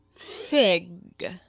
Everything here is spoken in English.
Fig